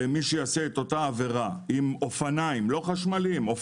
ומי שיעשה אותה עבירה עם אופניים רגילים,